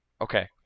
Okay